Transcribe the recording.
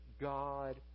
God